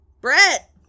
Brett